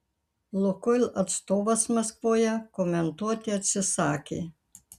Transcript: lukoil atstovas maskvoje komentuoti atsisakė